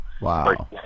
Wow